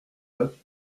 bapt